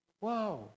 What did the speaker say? wow